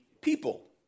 people